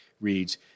Reads